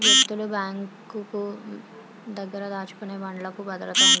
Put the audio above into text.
వ్యక్తులు బ్యాంకుల దగ్గర దాచుకునే బాండ్లుకు భద్రత ఉంటుంది